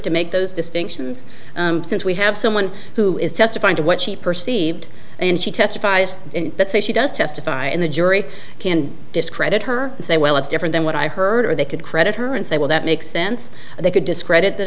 to make those distinctions since we have someone who is testifying to what she perceived and she testifies that say she does testify in the jury can discredit her and say well that's different than what i heard or they could credit her and say well that makes sense they could discredit